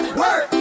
work